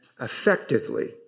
effectively